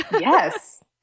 yes